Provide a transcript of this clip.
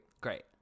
Great